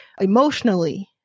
emotionally